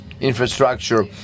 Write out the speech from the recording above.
infrastructure